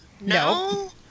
No